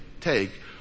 take